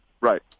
Right